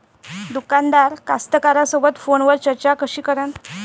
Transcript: दुकानदार कास्तकाराइसोबत फोनवर चर्चा कशी करन?